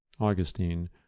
Augustine